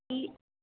ती